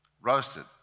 roasted